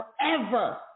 forever